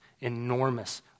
enormous